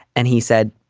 and he said,